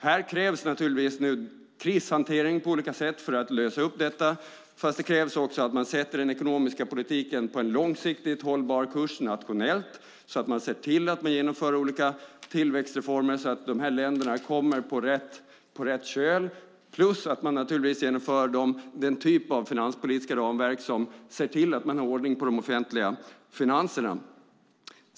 Här krävs naturligtvis krishantering på olika sätt för att lösa detta, och det krävs också att man sätter den ekonomiska politiken på en långsiktigt hållbar kurs nationellt, att man ser till att genomföra olika tillväxtreformer så att de här länderna kommer på rätt köl och naturligtvis också att man inför den typ av finanspolitiska ramverk som ser till att man har ordning på de offentliga finanserna.